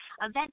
event